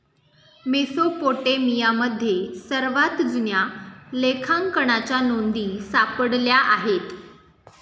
मेसोपोटेमियामध्ये सर्वात जुन्या लेखांकनाच्या नोंदी सापडल्या आहेत